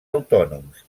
autònoms